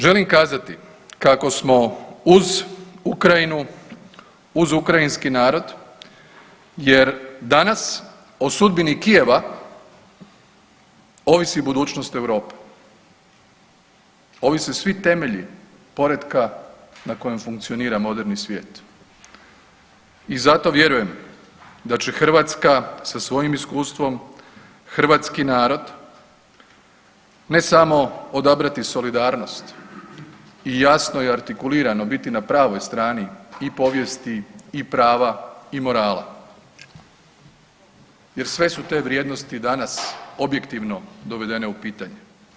Želim kazati kako smo uz Ukrajinu, uz ukrajinski narod jer danas o sudbini Kijeva ovisi budućnost Europe, ovise svi temelji poretka na kojem funkcionira moderni svijet i zato vjerujem da će Hrvatska sa svojim iskustvom hrvatski narod ne samo odabrati solidarnost i jasno je i artikulirano biti na pravoj strani i povijesti i prava i morala jer sve su te vrijednosti danas objektivno dovedene u pitanje.